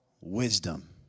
wisdom